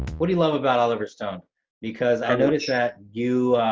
what do you love about oliver stone because i noticed that you